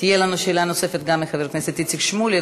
תהיה לנו גם שאלה נוספת של חבר הכנסת איציק שמולי,